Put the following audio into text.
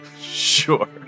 Sure